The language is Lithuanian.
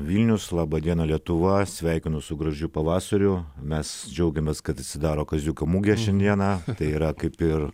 vilnius laba diena lietuva sveikinu su gražiu pavasariu mes džiaugiamės kad atsidaro kaziuko mugė šiandieną tai yra kaip ir